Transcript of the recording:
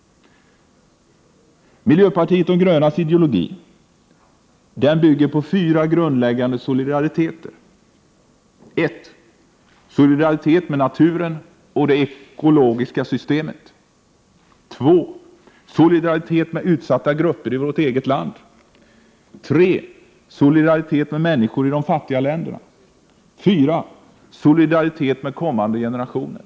Miljöpartiet de grönas ideologi bygger på fyra grundläggande solidariteter: — Solidaritet med naturen och det ekologiska systemet, — solidaritet med utsatta grupper i vårt eget land, — solidaritet med människor i de fattiga länderna samt — solidaritet med kommande generationer.